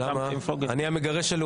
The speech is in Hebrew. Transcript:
ההצעה היא להעביר לוועדת הפנים והגנת הסביבה,